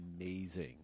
amazing